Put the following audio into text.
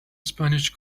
spanish